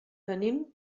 venim